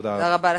תודה רבה.